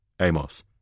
Amos